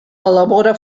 elabora